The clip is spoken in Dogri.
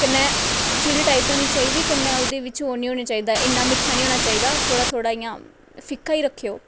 कन्नै चिल्ड टाइप होनी चाहिदी कन्नै उ'दे बिच्च ओह् निं होना चाहिदा इ'न्ना मिट्ठा निं होना चाहिदा थोह्ड़ा थोह्ड़ा इ'यां फिका ही रखेओ